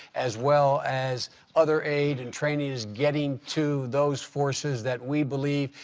as well as other aid and training, is getting to those forces that we believe,